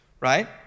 right